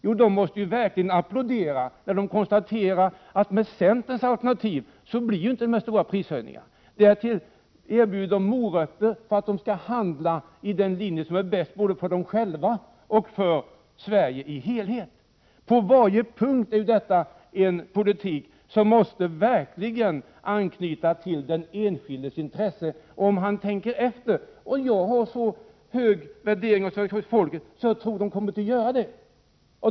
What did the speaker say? Jo, de måste verkligen applådera, när de konstaterar att med centerns alternativ blir det inte några stora prishöjningar. Därtill erbjuds de morötter för att de skall handla på det sätt som är bäst för dem själva och Sverige som helhet. På varje punkt är detta en politik som verkligen måste anknyta till den enskildes intresse, om han tänker efter. Jag har så hög värdering av svenska folket, att jag tror att människorna kommer att göra det.